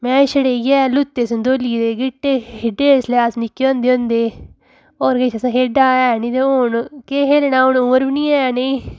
में छड़े इ'यैं लुत्ते संतोलियै दे गीह्टे खेढे जिसलै अस निक्के होंदे होंदे हे होर किश असें खेढेआ ऐ नी ते हून केह् खेलना हून उमर बी नी ऐ नेही